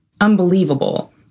unbelievable